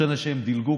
לא משנה שהם דילגו,